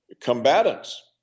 combatants